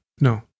No